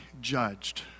judged